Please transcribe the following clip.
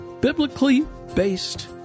biblically-based